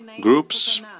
groups